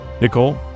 Nicole